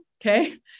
Okay